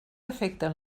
afecten